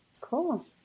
Cool